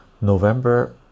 november